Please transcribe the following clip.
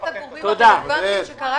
להכניס את הגורמים הרלוונטיים שזה קרה